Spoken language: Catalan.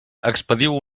expediu